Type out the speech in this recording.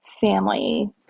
family